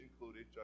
included